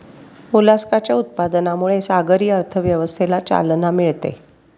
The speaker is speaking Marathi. मोलस्काच्या उत्पादनामुळे सागरी अर्थव्यवस्थेला चालना मिळते